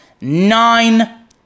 nine